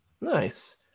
nice